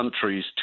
countries